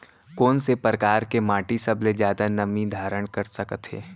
कोन से परकार के माटी सबले जादा नमी धारण कर सकत हे?